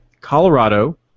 Colorado